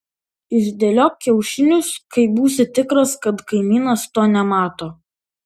išdėliok kiaušinius kai būsi tikras kad kaimynas to nemato